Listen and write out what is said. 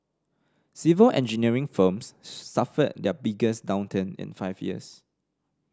civil engineering firms suffered their biggest downturn in five years